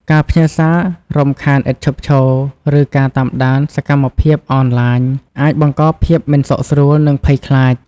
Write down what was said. ការផ្ញើសាររំខានឥតឈប់ឈរ ឬការតាមដានសកម្មភាពអនឡាញ អាចបង្កភាពមិនសុខស្រួល និងភ័យខ្លាច។